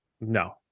no